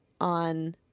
on